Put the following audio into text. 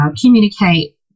communicate